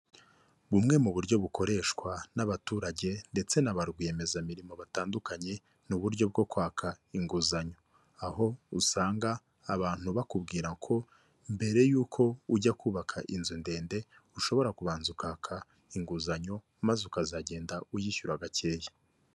Bumwe mu buryo bukoreshwa n'abaturage ndetse na ba rwiyemezamirimo batandukanye ni uburyo bwo kwaka inguzanyo aho usanga abantu bakubwira ko mbere y'uko ujya kubaka inzu ndende ushobora kubanza ukaka inguzanyo maze ukazagenda uyishyura gakeya.